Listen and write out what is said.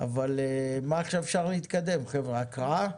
אבל מה שאפשר להתקדם חבר'ה, הקראה?